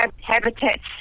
habitats